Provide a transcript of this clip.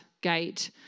gate